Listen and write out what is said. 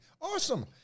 awesome